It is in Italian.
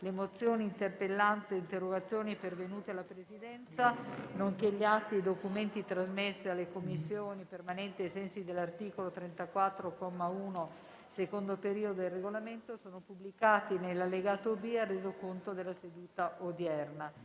mozioni, le interpellanze e le interrogazioni pervenute alla Presidenza, nonché gli atti e i documenti trasmessi alle Commissioni permanenti ai sensi dell'articolo 34, comma 1, secondo periodo, del Regolamento sono pubblicati nell'allegato B al Resoconto della seduta odierna.